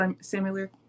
similar